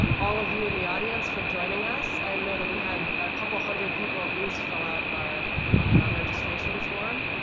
um all of you in the audience for joining us, i know that we had a couple hundred people at least fill out our registration form,